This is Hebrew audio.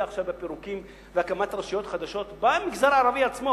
עכשיו בפירוקים בהקמת רשויות חדשות במגזר הערבי עצמו,